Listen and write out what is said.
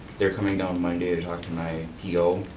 they are coming down monday to talk to my p o.